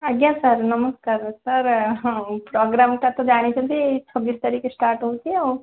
ଆଜ୍ଞା ସାର୍ ନମସ୍କାର ସାର୍ ହଁ ପୋଗ୍ରାମଟା ତ ଜାଣିଛନ୍ତି ଛବିଶ ତାରିଖରେ ଷ୍ଟାର୍ଟ ହେଉଛି ଆଉ